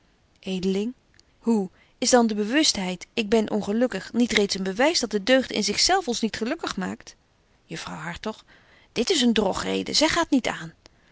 hoe is dan de bewustheid ik ben ongelukkig niet reeds een bewys dat de deugd in zich zelf ons niet gelukkig maakt juffrouw hartog dit is een drogreden zy gaat niet aan